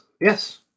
yes